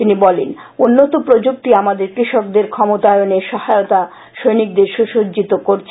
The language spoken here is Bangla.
তিনি বলেন উন্নত প্রযুক্তি আমাদের কৃষকদের ক্ষমতায়নে সহায়তা সৈনিকদের সুসঙ্জিত করছে